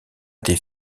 des